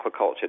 aquaculture